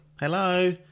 Hello